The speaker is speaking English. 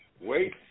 Wait